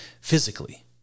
physically